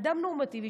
אדם נורמטיבי,